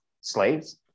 slaves